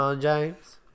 James